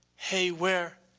hey where,